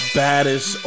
baddest